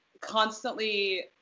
constantly